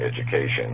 education